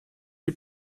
die